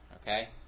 Okay